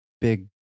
big